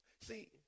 See